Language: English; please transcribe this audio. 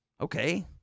Okay